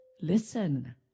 Listen